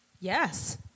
yes